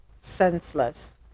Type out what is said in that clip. senseless